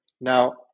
Now